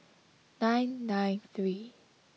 nine nine three